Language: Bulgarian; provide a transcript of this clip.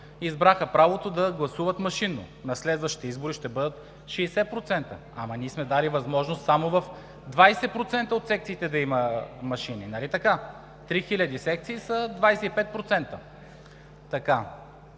избраха правото да гласуват машинно, на следващите избори ще бъдат – 60%. Ама ние сме дали възможност в 20% от секциите да има машини, нали така? Три хиляди секции са 25%. Нека